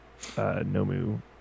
Nomu